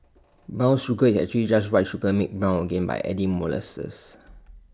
brown sugar is actually just white sugar made brown again by adding molasses